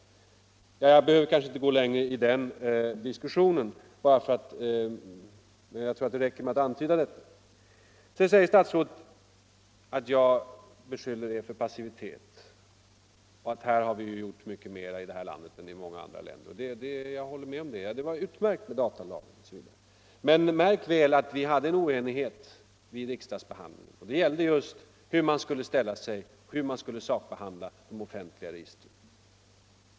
Om ADB-registre Jag behöver kanske inte gå längre i den diskussionen. Det räcker säkert rade personuppgifmed dessa antydningar. ter Sedan sade herr statsrådet att jag framfört beskyllningar för passivitet, men att vi här i landet tvärtom har gjort mycket mer än i många andra länder. Det håller jag med om. Datalagen var utmärkt. Men märk väl att vi var oeniga vid riksdagsbehandlingen just om hur vi skulle sakbehandla de offentliga registren.